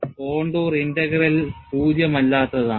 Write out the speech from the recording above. contour integral പൂജ്യമല്ലാത്തതാണ്